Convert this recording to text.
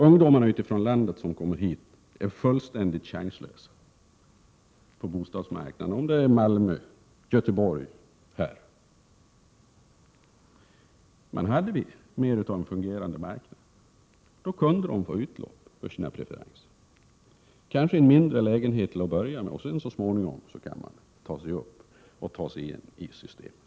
Ungdomarna utifrån landet som kommer hit är fullständigt chanslösa på bostadsmarknaden —i Malmö, i Göteborg eller här i Stockholm. Men hade vi mer av en fungerande marknad kunde de få utlopp för sina preferenser. Kanske valde man en mindre lägenhet till att börja med för att så småningom ta sig upp och komma in i systemet.